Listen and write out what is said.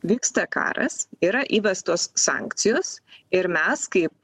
vyksta karas yra įvestos sankcijos ir mes kaip